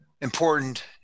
important